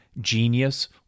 genius